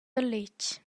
letg